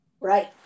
Right